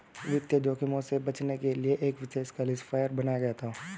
वित्तीय जोखिम से बचने के लिए एक विशेष क्लासिफ़ायर बनाया गया था